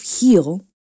heal